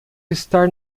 estar